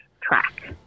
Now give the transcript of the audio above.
track